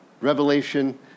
Revelation